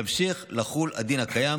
ימשיך לחול הדין הקיים